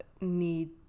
need